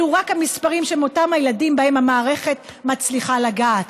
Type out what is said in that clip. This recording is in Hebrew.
אלו רק המספרים של אותם הילדים שבהם המערכת מצליחה לגעת.